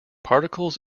particles